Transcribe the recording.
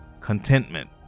contentment